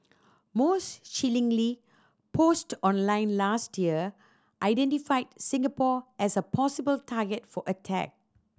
most chillingly post online last year identified Singapore as a possible target for attack